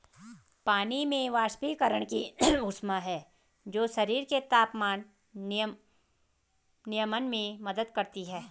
पानी में वाष्पीकरण की ऊष्मा है जो शरीर के तापमान नियमन में मदद करती है